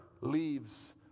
leaves